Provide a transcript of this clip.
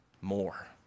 more